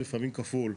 לפעמים כפול.